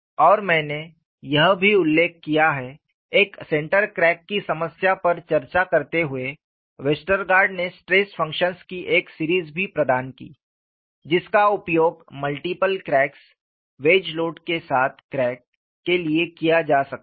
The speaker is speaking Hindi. और मैंने यह भी उल्लेख किया है एक सेंटर क्रैक की समस्या पर चर्चा करते हुए वेस्टरगार्ड ने स्ट्रेस फंक्शन्स की एक सीरीज भी प्रदान की जिसका उपयोग मल्टीपल क्रैक्स वेज लोड के साथ क्रैक के लिए किया जा सकता है